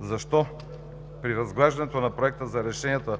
защо при разглеждането на Проекта за решението